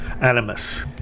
animus